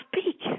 speak